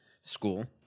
school